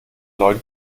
leute